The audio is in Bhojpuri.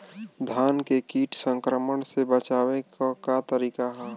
धान के कीट संक्रमण से बचावे क का तरीका ह?